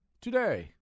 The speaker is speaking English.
today